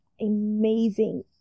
amazing